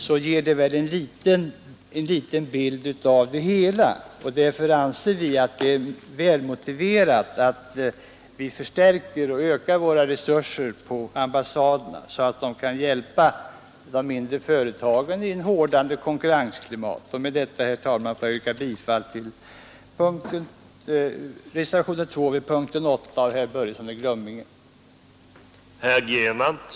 Detta ger väl en liten bild av det hela. Därför anser vi att det är väl motiverat att vi förstärker våra resurser på ambassaderna så att de kan hjälpa de mindre företagen i ett hårdnande konkurrensklimat. Med detta, herr talman, får jag vid punkten 8 yrka bifall till reservationen 2 av herr Börjesson i Glömminge m.fl.